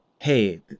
hey